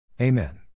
Amen